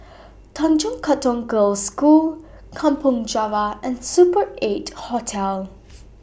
Tanjong Katong Girls' School Kampong Java and Super eight Hotel